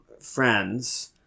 friends